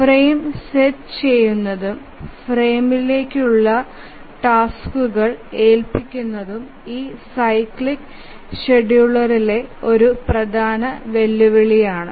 frame set ചെയുന്നതും ഫ്രെയിമുകളിലേക്ക് ടാസ്കുകൾ ഏൽപ്പിക്കുന്നതും ഈ സൈക്ലിക് ഷെഡ്യൂളിംഗിലെ ഒരു പ്രധാന വെല്ലുവിളിയാണ്